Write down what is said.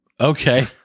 okay